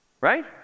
Right